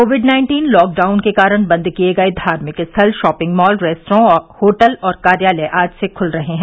Covid nineteen lockdown के कारण बंद किये गये धार्मिक स्थल शॉपिंग मॉल रेस्तरा होटल और कार्यालय आज से खुल रहे हैं